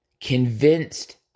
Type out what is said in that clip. convinced